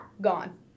gone